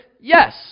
yes